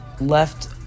left